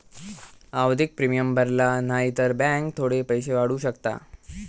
आवधिक प्रिमियम भरला न्हाई तर बॅन्क थोडे पैशे वाढवू शकता